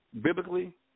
Biblically